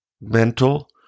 mental